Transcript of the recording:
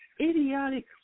idiotic